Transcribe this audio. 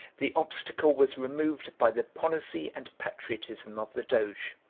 the obstacle was removed by the policy and patriotism of the doge,